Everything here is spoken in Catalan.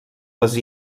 les